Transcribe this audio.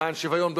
למען שוויון,